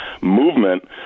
movement